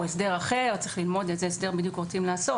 הסדר אחר; צריך ללמוד איזה הסדר בדיוק רוצים לעשות.